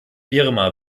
birma